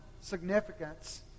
significance